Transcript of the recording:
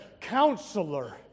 Counselor